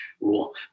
rule